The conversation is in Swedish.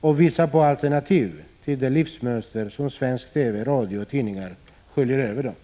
och visa på alternativ till det livsmönster som svensk TV, radio och tidningar sköljer över dem.